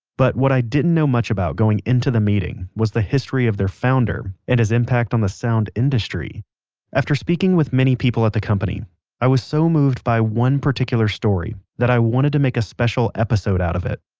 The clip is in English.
but what i didn't know much about going in to the meeting was the history of their founder and his impact on the sound industry after speaking with many people at the company i was so moved by one particular story, that i wanted to make a special episode out of it.